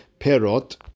Perot